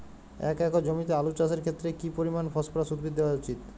এক একর জমিতে আলু চাষের ক্ষেত্রে কি পরিমাণ ফসফরাস উদ্ভিদ দেওয়া উচিৎ?